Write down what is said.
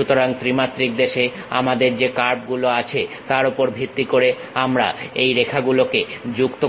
সুতরাং ত্রিমাত্রিক দেশে আমাদের যে কার্ভ গুলো আছে তার উপর ভিত্তি করে আমরা এই রেখা গুলোকে যুক্ত